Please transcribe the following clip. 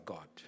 God